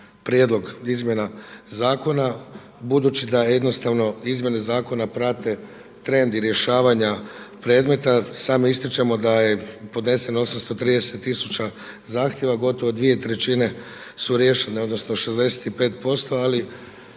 prijedlog izmjena Zakona budući da jednostavno izmjene Zakona prate trend i rješavanja predmeta. Samo ističemo da je podneseno 830 tisuća zahtjeva, gotovo 2/3 su riješene odnosno 65%, ali